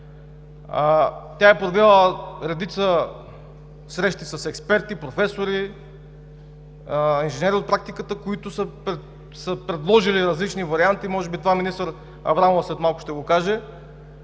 Проведени са редица срещи с експерти, професори, инженери от практиката, които са предложили различни варианти, може би това министър Аврамова след малко ще го каже,